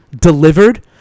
Delivered